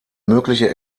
mögliche